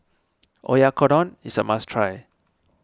Oyakodon is a must try